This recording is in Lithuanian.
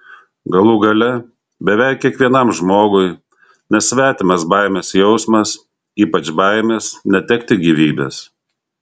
galų gale beveik kiekvienam žmogui nesvetimas baimės jausmas ypač baimės netekti gyvybės